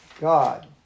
God